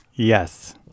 Yes